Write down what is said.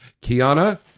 kiana